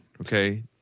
Okay